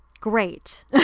great